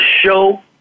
show